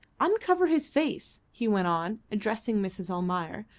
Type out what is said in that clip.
uncover his face, he went on, addressing mrs. almayer,